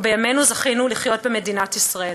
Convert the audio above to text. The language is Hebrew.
ובימינו זכינו לחיות במדינת ישראל.